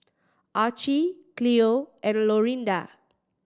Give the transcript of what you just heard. Archie Cleo and Lorinda